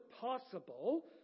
possible